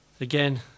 again